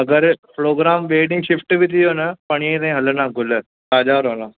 अगरि प्रोग्राम ॿिएं ॾींहुं शिफ़्ट बि थी वियो न परींहं ताईं हलंदा गुल ताज़ा रहंदा